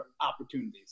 opportunities